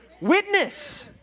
Witness